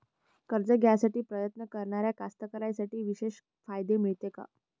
कर्ज घ्यासाठी प्रयत्न करणाऱ्या कास्तकाराइसाठी विशेष फायदे मिळते का?